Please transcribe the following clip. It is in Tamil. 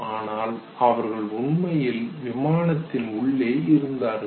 ஆனால் அவர்கள் உண்மையில் விமானத்தின் உள்ளே இருந்தார்கள்